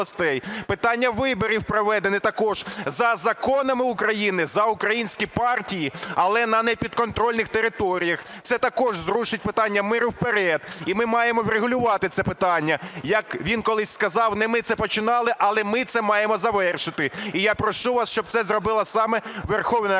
Питання виборів проведення також за законами України, за українські партії, але на непідконтрольних територіях. Це також зрушить питання миру вперед і ми маємо врегулювати це питання. Як він колись сказав: "Не ми це починали, але ми це маємо завершити". І я прошу вас, щоб це зробила саме Верховна Рада